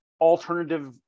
alternative